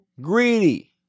greedy